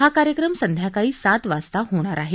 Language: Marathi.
हा कार्यक्रम संध्याकाळी सात वाजता होणार आहे